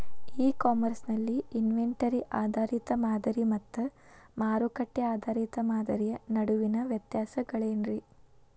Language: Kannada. ಇ ಕಾಮರ್ಸ್ ನಲ್ಲಿ ಇನ್ವೆಂಟರಿ ಆಧಾರಿತ ಮಾದರಿ ಮತ್ತ ಮಾರುಕಟ್ಟೆ ಆಧಾರಿತ ಮಾದರಿಯ ನಡುವಿನ ವ್ಯತ್ಯಾಸಗಳೇನ ರೇ?